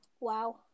Wow